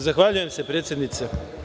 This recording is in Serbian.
Zahvaljujem se, predsednice.